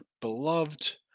beloved